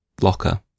locker